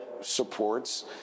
supports